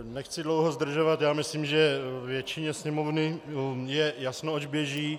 Nechci dlouho zdržovat, myslím, že většině Sněmovny je jasno, oč běží.